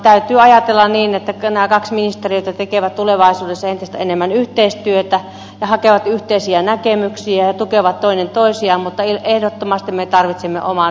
täytyy ajatella niin että nämä kaksi ministeriötä tekevät tulevaisuudessa entistä enemmän yhteistyötä ja hakevat yhteisiä näkemyksiä ja tukevat toinen toisiaan mutta ehdottomasti me tarvitsemme oman ympäristöministeriön